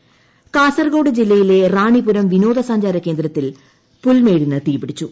റാണിപുരം കാസർകോട് ജില്ലയിലെ റാണിപുരം വിനോദ സഞ്ചാര കേന്ദ്രത്തിൽ പുൽമേടിന് തീപിടിച്ചു